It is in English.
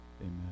Amen